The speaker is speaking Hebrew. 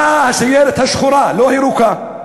באה הסיירת השחורה, לא הירוקה,